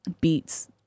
Beats